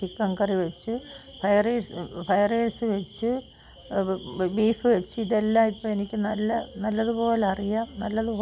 ഇംഗ്ലീഷാണ് എല്ലാവരും പറയുന്നതും പ്രവർത്തിക്കുന്നതും എല്ലാം അതുകൊണ്ട് നേരിടുന്ന വെല്ലുവിളികൾ എന്തൊക്കെയാണ് എന്ന്